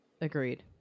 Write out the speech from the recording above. agreed